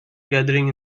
gathering